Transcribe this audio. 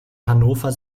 hannover